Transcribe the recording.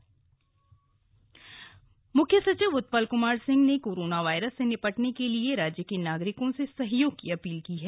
मुख्य सचिव म्ख्य सचिव उत्पल क्मार सिंह ने कोरोना वायरस से निपटने के लिए राज्य के नागरिकों से सहयोग की अपील की है